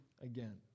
again